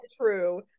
true